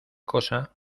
cosa